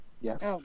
Yes